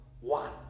one